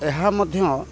ଏହା ମଧ୍ୟ